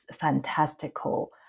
fantastical